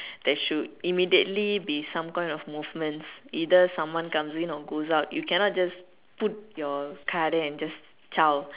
there should immediately be some kind of movements either someone comes in or goes out you cannot just put your car there and just Zao